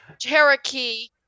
Cherokee